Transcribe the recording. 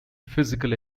physical